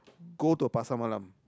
go to a Pasar Malam